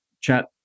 chat